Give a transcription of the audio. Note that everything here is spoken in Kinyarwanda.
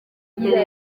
mbere